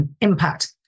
impact